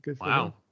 Wow